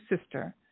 sister